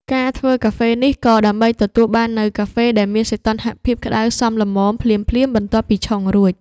ការធ្វើកាហ្វេនេះ ក៏ដើម្បីទទួលបាននូវកាហ្វេដែលមានសីតុណ្ហភាពក្ដៅសមល្មមភ្លាមៗបន្ទាប់ពីឆុងរួច។